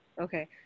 Okay